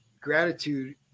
gratitude